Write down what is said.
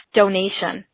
donation